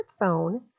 smartphone